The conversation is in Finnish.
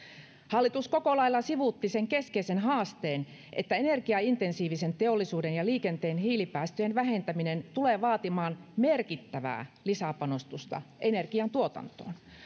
hallitus koko lailla sivuutti sen keskeisen haasteen että energiaintensiivisen teollisuuden ja liikenteen hiilipäästöjen vähentäminen tulee vaatimaan merkittävää lisäpanostusta energiantuotantoon